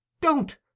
Don't